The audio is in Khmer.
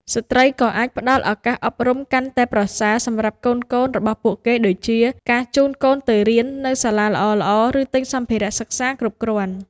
ស្ត្រីក៏អាចផ្តល់ឱកាសអប់រំកាន់តែប្រសើរសម្រាប់កូនៗរបស់ពួកគេដូចជាការជូនកូនទៅរៀននៅសាលាល្អៗ ឬទិញសម្ភារៈសិក្សាគ្រប់គ្រាន់។